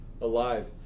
alive